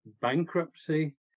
bankruptcy